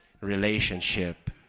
relationship